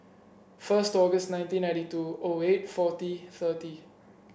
first August nineteen ninety two O eight forty thirty